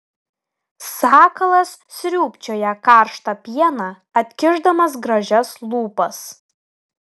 sakalas sriūbčioja karštą pieną atkišdamas gražias lūpas